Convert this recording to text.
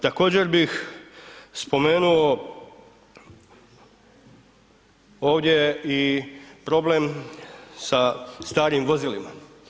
Također bih spomenuo ovdje i problem sa starim vozilima.